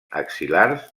axil·lars